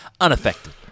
Unaffected